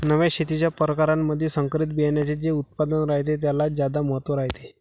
नव्या शेतीच्या परकारामंधी संकरित बियान्याचे जे उत्पादन रायते त्याले ज्यादा महत्त्व रायते